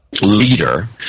leader